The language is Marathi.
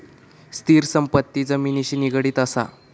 स्थिर संपत्ती जमिनिशी निगडीत असा